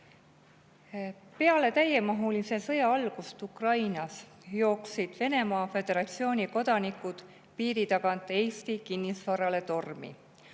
Peale täiemahulise sõja algust Ukrainas jooksid Venemaa Föderatsiooni kodanikud piiri tagant Eesti kinnisvarale tormi.